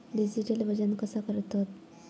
Digital वजन कसा करतत?